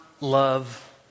love